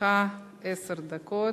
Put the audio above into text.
לרשותך עשר דקות.